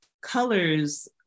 colors